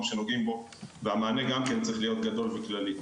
שנוגעים בו והמענה גם צריך להיות גדול וכללי.